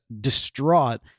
distraught